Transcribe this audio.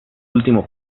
último